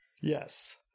yes